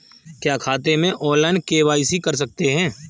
क्या खाते में ऑनलाइन के.वाई.सी कर सकते हैं?